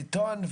בטון,